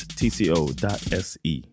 tco.se